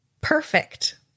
perfect